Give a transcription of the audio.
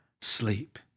sleep